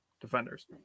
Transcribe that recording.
defenders